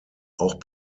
auch